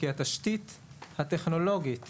כי התשתית הטכנולוגית